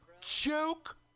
Joke